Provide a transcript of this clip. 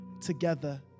together